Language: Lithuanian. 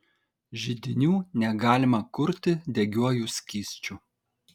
židinių negalima kurti degiuoju skysčiu